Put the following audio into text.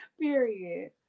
Period